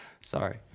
Sorry